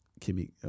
Kimmy